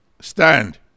stand